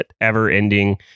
ever-ending